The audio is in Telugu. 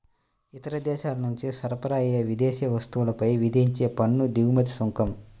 ఇతర దేశాల నుంచి సరఫరా అయ్యే విదేశీ వస్తువులపై విధించే పన్ను దిగుమతి సుంకం